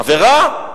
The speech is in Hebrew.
עבירה,